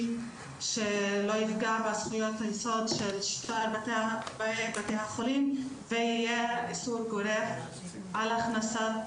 שלא יפגע בזכויות יסוד של שאר בתי החולים ויהיה איסור גורף על הכנסת